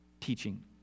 teaching